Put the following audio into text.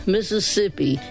Mississippi